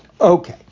Okay